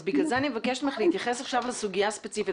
בגלל זה אני מבקשת ממך להתייחס עכשיו לסוגיה הספציפית.